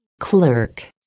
Clerk